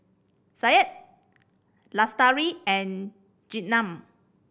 Syed Lestari and Jenab